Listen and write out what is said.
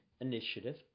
initiative